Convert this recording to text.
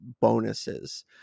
bonuses